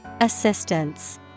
Assistance